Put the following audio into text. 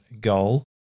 goal